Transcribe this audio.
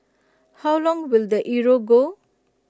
how long will the euro go